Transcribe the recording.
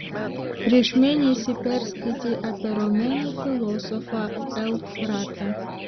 prieš mėnesį perskaitei apie romėnų filosofą eufratą